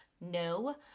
no